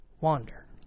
Wander